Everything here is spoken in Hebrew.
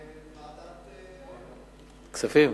לוועדת, כספים.